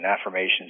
affirmations